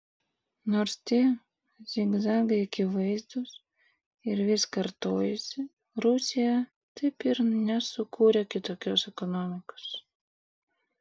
nors tie zigzagai akivaizdūs ir vis kartojasi rusija taip ir nesukūrė kitokios ekonomikos